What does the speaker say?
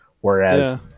Whereas